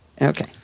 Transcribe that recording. Okay